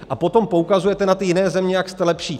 A potom poukazujete na ty jiné země, jak jste lepší.